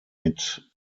mit